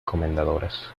comendadoras